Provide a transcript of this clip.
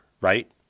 right